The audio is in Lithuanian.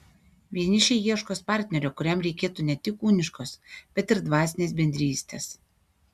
vienišiai ieškos partnerio kuriam reikėtų ne tik kūniškos bet ir dvasinės bendrystės